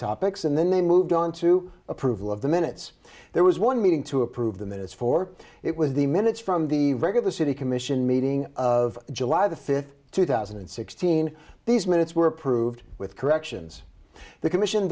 topics and then they moved on to approval of the minutes there was one meeting to approve the minutes for it was the minutes from the regular city commission meeting of july the fifth two thousand and sixteen these minutes were approved with corrections the commission